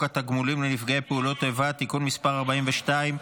התגמולים לנפגעי פעולות איבה (תיקון מס' 42),